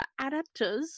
adapters